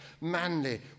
Manly